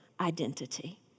identity